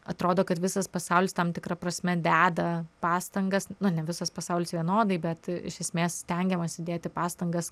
atrodo kad visas pasaulis tam tikra prasme deda pastangas ne visas pasaulis vienodai bet iš esmės stengiamasi dėti pastangas